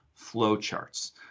flowcharts